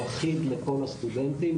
הוא אחיד לכל הסטודנטים.